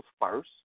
first